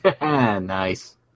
nice